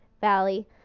Valley